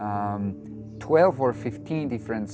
twelve or fifteen different